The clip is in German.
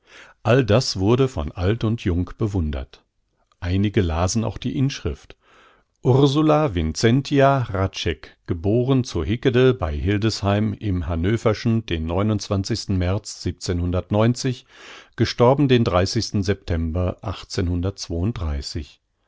all das wurde von alt und jung bewundert einige lasen auch die inschrift ursula vincentia hradscheck geb zu hickede bei hildesheim im hannöverschen den märz den september